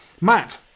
matt